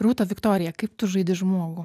rūta viktorija kaip tu žaidi žmogų